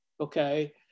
okay